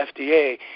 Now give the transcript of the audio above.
FDA